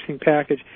package